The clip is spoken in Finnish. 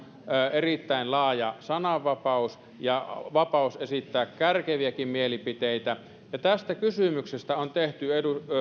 erittäin laaja sananvapaus ja vapaus esittää kärkeviäkin mielipiteitä tästä kysymyksestä on tehty